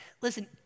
Listen